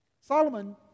Solomon